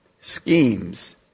schemes